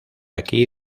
aquí